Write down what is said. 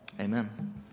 Amen